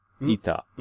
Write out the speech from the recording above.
Ita